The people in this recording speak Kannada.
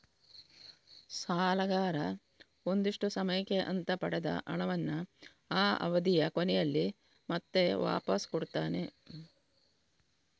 ಸಾಲಗಾರ ಒಂದಿಷ್ಟು ಸಮಯಕ್ಕೆ ಅಂತ ಪಡೆದ ಹಣವನ್ನ ಆ ಅವಧಿಯ ಕೊನೆಯಲ್ಲಿ ಮತ್ತೆ ವಾಪಾಸ್ ಕೊಡ್ತಾನೆ